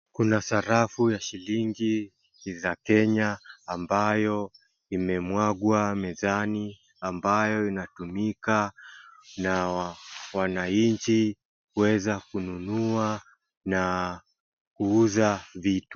Kuna sarafu za shilingi za kenya ambayo imemwagwa mezani , ambayo inatumika na wananchi weza kununua na kuuza vitu .